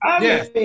Yes